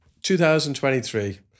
2023